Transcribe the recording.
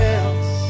else